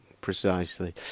precisely